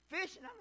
Fishing